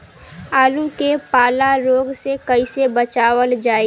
आलू के पाला रोग से कईसे बचावल जाई?